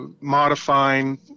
modifying